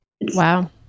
Wow